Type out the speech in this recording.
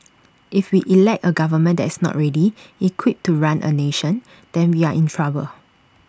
if we elect A government that is not ready equipped to run A nation then we are in trouble